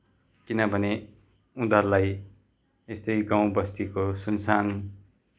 किनभने उनीहरूलाई यस्तै गाउँ बस्तीको सुनसान